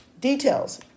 Details